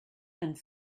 and